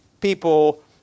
people